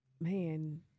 man